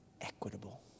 equitable